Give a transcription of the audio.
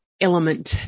element